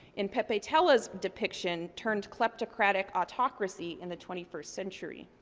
in pepetela's depiction, turned kleptocratic autocracy in the twenty first century.